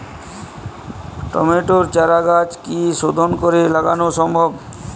টমেটোর চারাগাছ কি শোধন করে লাগানো সম্ভব?